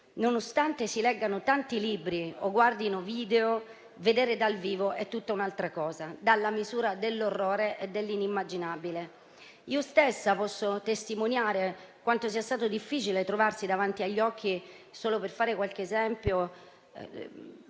nonostante si leggano tanti libri o guardino video, vedere dal vivo è tutta un'altra cosa, dà la misura dell'orrore e dell'immaginabile. Io stessa posso testimoniare quanto sia stato difficile trovarsi davanti agli occhi - solo per fare qualche esempio